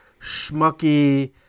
schmucky